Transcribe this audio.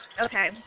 okay